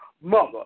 mother